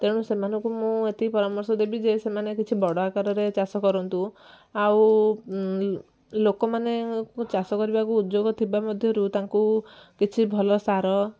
ତେଣୁ ସେମାନଙ୍କୁ ମୁଁ ଏତିକି ପରାମର୍ଶ ଦେବି ଯେ ସେମାନେ କିଛି ବଡ଼ ଆକାରରେ ଚାଷ କରନ୍ତୁ ଆଉ ଲୋକମାନଙ୍କୁ ଚାଷ କରିବାକୁ ଉଦଯୋଗ ଥିବା ମଧ୍ୟରୁ ତାଙ୍କୁ କିଛି ଭଲ ସାର